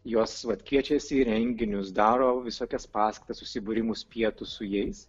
juos vat kviečiasi į renginius daro visokias paskaitas susibūrimus pietus su jais